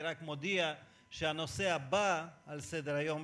אני רק מודיע שהנושא הבא על סדר-היום,